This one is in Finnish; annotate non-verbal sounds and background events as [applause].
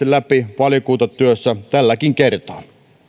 [unintelligible] läpi valiokuntatyössä tälläkin kertaa